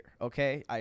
okay